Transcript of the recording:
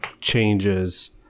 changes